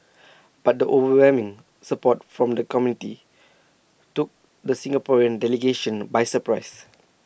but the overwhelming support from the committee took the Singaporean delegation by surprise